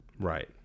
right